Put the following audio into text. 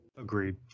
Agreed